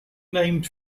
named